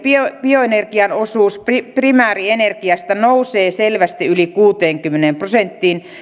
bioenergian osuus primäärienergiasta nousee selvästi yli kuuteenkymmeneen prosenttiin